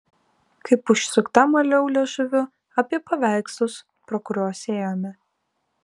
kaip užsukta maliau liežuviu apie paveikslus pro kuriuos ėjome